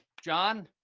john.